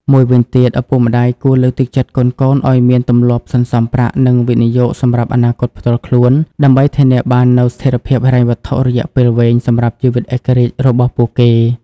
មួយវិញទៀត ឪពុកម្ដាយគួរលើកទឹកចិត្តកូនៗឱ្យមានទម្លាប់សន្សំប្រាក់ និងវិនិយោគសម្រាប់អនាគតផ្ទាល់ខ្លួន ដើម្បីធានាបាននូវស្ថិរភាពហិរញ្ញវត្ថុរយៈពេលវែងសម្រាប់ជីវិតឯករាជ្យរបស់ពួកគេ។